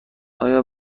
آیا